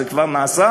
זה כבר נעשה,